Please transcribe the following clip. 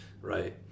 right